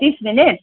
तिस मिनेट